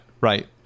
right